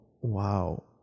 wow